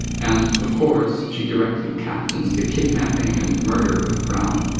and, of course, she directly captains the kidnapping and murder of brown.